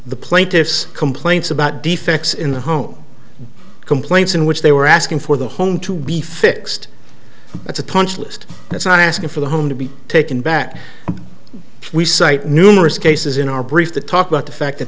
the plaintiff's complaints about defects in the home complaints in which they were asking for the home to be fixed that's a punch list that's not asking for the home to be taken back we cite numerous cases in our brief to talk about the fact that